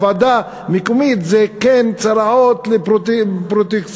הוועדה המקומית היא קן צרעות של פרוטקציוניזם,